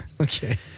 Okay